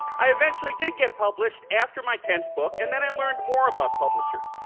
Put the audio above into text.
i eventually did get published after my tenth book and then i learned more about publishers.